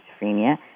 schizophrenia